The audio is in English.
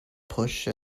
push